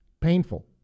painful